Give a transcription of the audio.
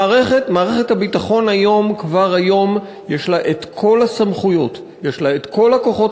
מערכת הביטחון כבר היום יש לה כל הסמכויות ויש לה כל הכוחות